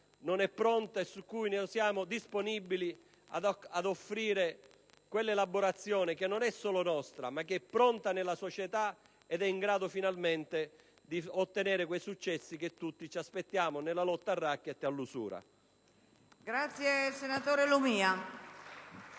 ad affrontare, su cui siamo disponibili ad offrire quell'elaborazione che non è solo nostra, ma è pronta nella società ed è in grado finalmente di ottenere i successi che tutti ci aspettiamo nella lotta al racket e all'usura.